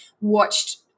watched